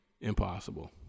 impossible